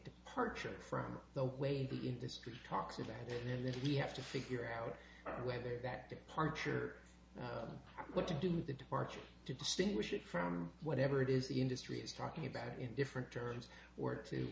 departure from the way the industry talks of that and then we have to figure out whether that departure what to do with the departure to distinguish it from whatever it is the industry is talking about in different terms or t